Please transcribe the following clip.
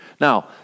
Now